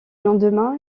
lendemain